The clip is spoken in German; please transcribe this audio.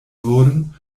wurden